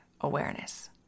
awareness